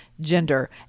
gender